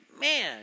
Man